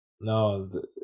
No